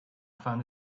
found